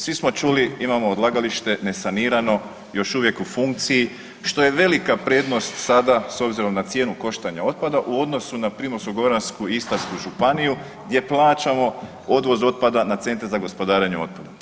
Svi smo čuli, imamo odlagalište nesanirano još uvijek u funkciji, što je velika prednost sada s obzirom na cijenu koštanja otpada u odnosu na Primorsko-goransku i Istarsku županiju gdje plaćamo odvoz otpadana na Centre za gospodarenje otpadom.